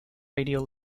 radio